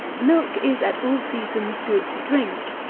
milk is, at all seasons, good to drink.